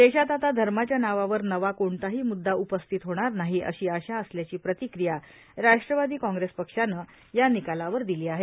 देशात आता धर्माच्या नावावर नवा कोणताही मुददा उपस्थित होणार नाही अशी आशा असल्याची प्रतिक्रीया राष्ट्रवादी काँग्रेस पक्षानं या निकालावर दिली आहे